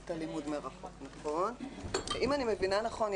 אם אני מבינה נכון,